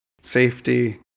safety